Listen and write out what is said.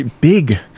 big